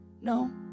No